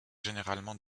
généralement